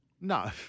No